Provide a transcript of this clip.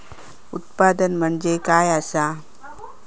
उत्पादन म्हणजे काय असा?